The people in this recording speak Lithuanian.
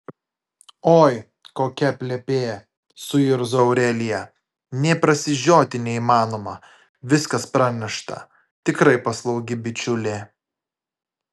oi kokia plepė suirzo aurelija nė prasižioti neįmanoma viskas pranešta tikrai paslaugi bičiulė